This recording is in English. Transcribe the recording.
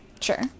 Sure